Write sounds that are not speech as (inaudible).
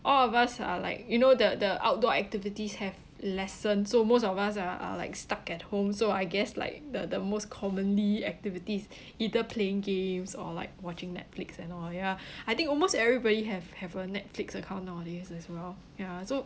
all of us are like you know the the outdoor activities have lessen so most of us are are like stuck at home so I guess like the the most commonly activities either playing games or like watching netflix and all ya (breath) I think almost everybody have have a netflix account nowadays as well ya so